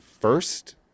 first